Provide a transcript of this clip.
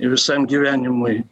visam gyvenimui